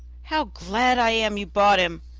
how glad i am you bought him!